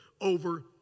over